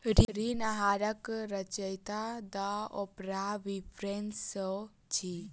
ऋण आहारक रचयिता द ओपराह विनफ्रे शो अछि